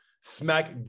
smack